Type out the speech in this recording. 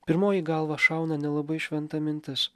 pirmoji į galvą šauna nelabai šventa mintis